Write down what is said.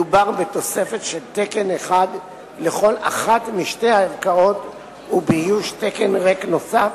מדובר בתוספת של תקן אחד לכל אחת משתי הערכאות ובאיוש תקן ריק נוסף